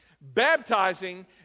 Baptizing